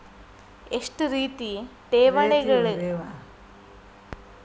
ಎಷ್ಟ ರೇತಿ ಠೇವಣಿಗಳ ಅವ?